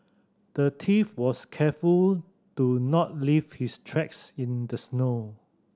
the thief was careful to not leave his tracks in the snow